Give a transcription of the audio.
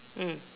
mm